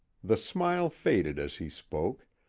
the smile faded as he spoke,